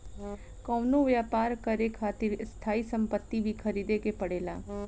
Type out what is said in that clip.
कवनो व्यापर करे खातिर स्थायी सम्पति भी ख़रीदे के पड़ेला